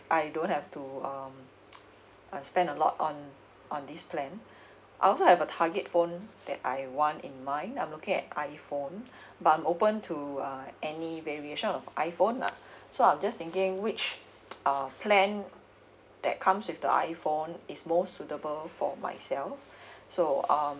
I don't have to um spend a lot on on this plan I also have a target phone that I want in mind I'm looking at iphone but I'm open to uh any variation of iphone lah so I'm just thinking which uh plan that comes with the iphone is most suitable for myself so um